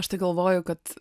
aš tai galvoju kad